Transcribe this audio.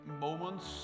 moments